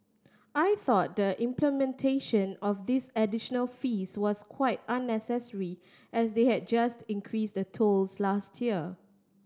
I thought the implementation of this additional fees was quite unnecessary as they had just increase the tolls last year